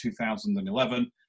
2011